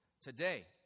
today